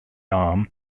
arm